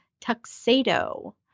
Tuxedo